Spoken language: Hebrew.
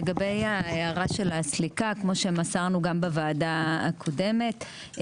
לגבי ההערה של הסליקה: כמו שמסרנו גם בוועדה הקודמת,